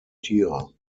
tiere